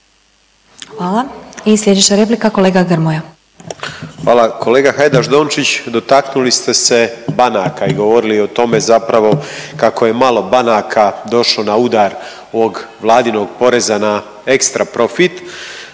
Hvala. I sljedeća replika kolega Grmoja. **Grmoja, Nikola (MOST)** Hvala. Kolega Hajdaš Dončić dotaknuli ste se banaka i govorili o tome zapravo kako je malo banaka došlo na udar ovog vladinog poreza na ekstra profit.